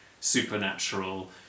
supernatural